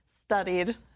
studied